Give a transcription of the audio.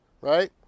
Right